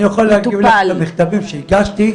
אני יכול להראות לך גם מכתבים שאני הגשתי.